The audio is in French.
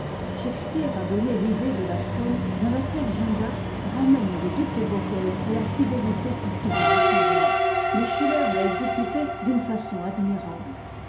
shakspeare a donné l'idée de la scène dans laquelle jeanne d'arc ramène le duc de bourgogne à la fidélité qu'il doit à son roi mais schiller l'a exécutée d'une façon admirable